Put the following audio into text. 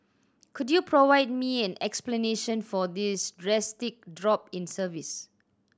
could you provide me an explanation for this drastic drop in service